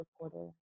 reporter